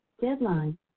Deadline